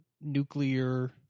nuclear